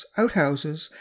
outhouses